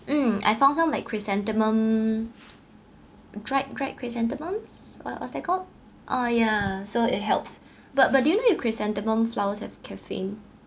mm I found some like chrysanthemum dried dried chrysanthemums what what's that called oh yeah so it helps but but do you know in chrysanthemum flowers have caffeine